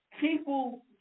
people